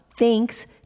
Thanks